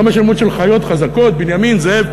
גם על שמות של חיות חזקות, בנימין זאב.